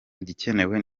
igikenewe